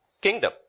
kingdom